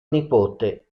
nipote